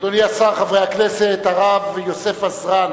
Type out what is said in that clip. אדוני השר, חברי הכנסת, הרב יוסף עזרן